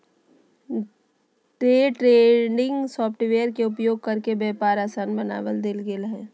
day trading software के उपयोग करके व्यापार आसान बना देल गेलय